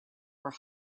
were